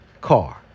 car